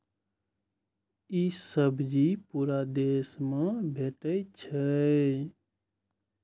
ई सब्जी पूरा देश मे भेटै छै